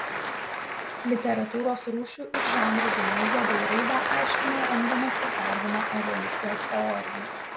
literatūros rūšių ir žanrų genezę bei raidą aiškino remdamasis darvino evoliucijos teorija